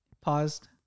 paused